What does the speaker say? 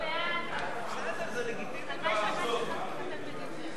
ההצעה להסיר מסדר-היום את הצעת חוק